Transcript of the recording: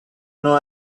know